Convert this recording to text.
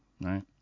right